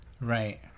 Right